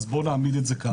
אז בוא נעמיד את זה כך.